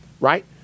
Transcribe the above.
right